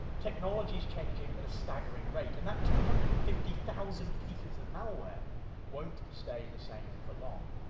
technology's changing at a staggering rate, and that two hundred and fifty thousand pieces of malware won't stay the same for long.